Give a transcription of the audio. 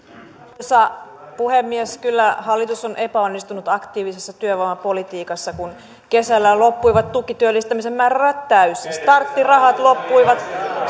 arvoisa puhemies kyllä hallitus on epäonnistunut aktiivisessa työvoimapolitiikassa kun kesällä loppuivat tukityöllistämisen määrärahat täysin starttirahat loppuivat